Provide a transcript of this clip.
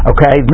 Okay